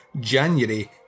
January